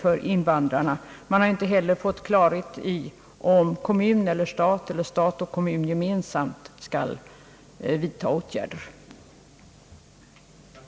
Inte heller har man fått klarhet i om kommun eller stat eller dessa båda gemensamt skall vidta åtgärder för att underlätta invandrarnas anpassning.